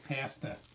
Pasta